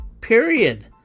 Period